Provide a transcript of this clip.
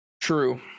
true